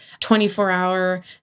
24-hour